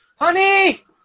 Honey